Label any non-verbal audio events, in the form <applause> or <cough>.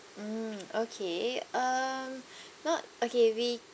mm okay um <breath> not okay we